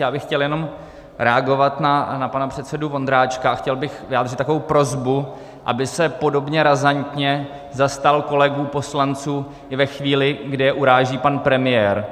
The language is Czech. Já bych chtěl jenom reagovat na pana předsedu Vondráčka a měl bych takovou prosbu, aby se podobně razantně zastal kolegů poslanců ve chvíli, kdy je uráží pan premiér.